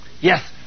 Yes